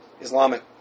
Islamic